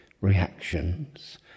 reactions